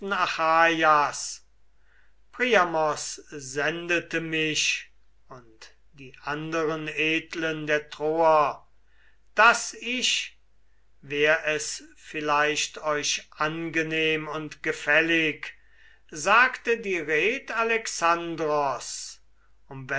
priamos sendete mich und die anderen edlen der troer daß ich wär es vielleicht euch angenehm und gefällig sagte die